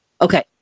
Okay